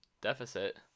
deficit